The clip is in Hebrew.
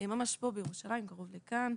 ממש פה בירושלים, קרוב לכאן.